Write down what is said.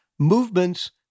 movements